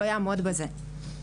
לא יעמוד בזה,